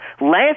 last